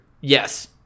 yes